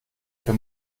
für